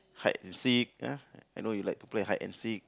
hide and seek ah I know you like to play hide and seek